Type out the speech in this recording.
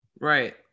Right